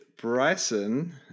Bryson